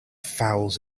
fouls